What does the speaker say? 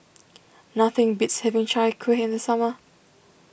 nothing beats having Chai Kueh in the summer